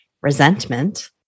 resentment